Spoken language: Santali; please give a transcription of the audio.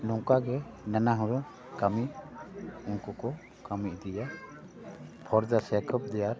ᱱᱚᱝᱠᱟ ᱜᱮ ᱱᱟᱱᱟ ᱦᱩᱱᱟᱹᱨ ᱠᱟᱹᱠᱤ ᱩᱱᱠᱩ ᱠᱚ ᱠᱟᱹᱢᱤ ᱤᱫᱤᱭᱟ ᱯᱷᱚᱨ ᱫᱟ ᱥᱮᱠᱚᱵ ᱫᱮᱭᱟᱨ